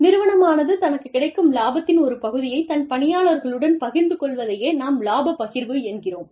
நிறுவனமானது தனக்குக் கிடைக்கும் லாபத்தின் ஒரு பகுதியை தன் பணியாளர்களுடன் பகிர்ந்து கொள்வதையே நாம் இலாபப் பகிர்வு என்கிறோம்